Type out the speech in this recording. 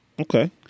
Okay